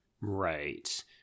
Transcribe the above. Right